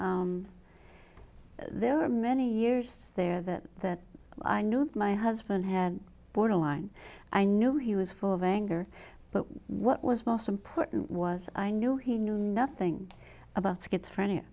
sick there were many years there that i knew my husband had borderline i knew he was full of anger but what was most important was i knew he knew nothing about schizophrenia